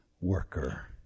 worker